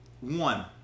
one